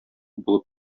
булып